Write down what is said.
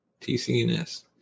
TCNS